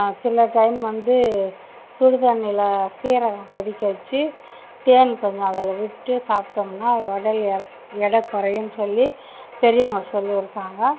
சில டைம் வந்து சுடுதண்ணில சீராகம் கொதிக்க வச்சு தேன் கொஞ்சம் அதில் விட்டு சாப்பிட்டோம்னா உடல் எடை எடை குறையுன்னு சொல்லி பெரியவங்க சொல்லியிருக்காங்க